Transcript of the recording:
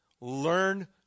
Learn